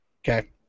Okay